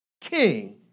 King